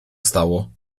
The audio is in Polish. stało